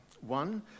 One